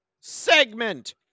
Segment